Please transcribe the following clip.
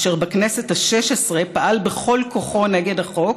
אשר בכנסת ה-16 פעל בכל כוחו נגד החוק,